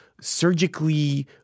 surgically